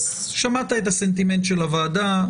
שמעת את הסנטימנט של הוועדה.